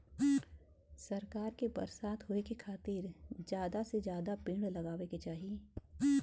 सरकार के बरसात होए के खातिर जादा से जादा पेड़ लगावे के चाही